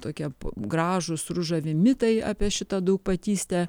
tokie gražūs ružavi mitai apie šitą daugpatystę